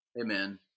Amen